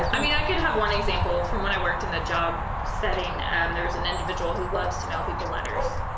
i mean, i could have one example from when i worked in the job setting and there was an individual who loves to mail people letters.